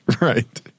right